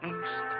East